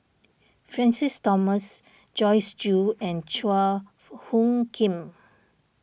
Francis Thomas Joyce Jue and Chua Phung Kim